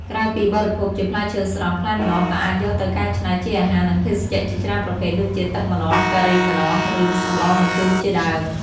ក្រៅពីបរិភោគជាផ្លែឈើស្រស់ ផ្លែម្នាស់ក៏អាចយកទៅកែច្នៃជាអាហារ និងភេសជ្ជៈជាច្រើនប្រភេទដូចជា ទឹកម្នាស់ ការីម្នាស់ ឬ សម្លរម្ជូរ ជាដើម។